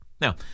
Now